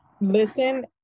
listen